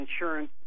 insurance